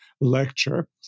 lecture